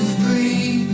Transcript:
free